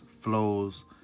flows